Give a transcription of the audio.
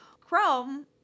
Chrome